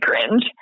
cringe